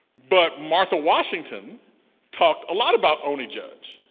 but martha washington talked a lot about oney judge.